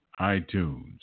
itunes